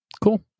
cool